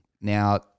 Now